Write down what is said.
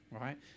right